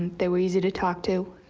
they were easy to talk to.